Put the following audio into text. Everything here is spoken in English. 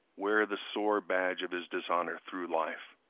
wear the sore badge of his dishonor through life.